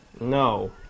no